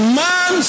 man